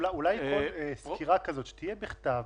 אולי שסקירה כזאת תהיה בכתב,